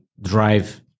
drive